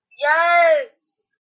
Yes